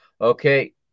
Okay